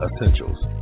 Essentials